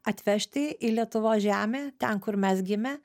atvežti į lietuvos žemę ten kur mes gimę